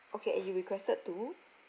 okay and you requested to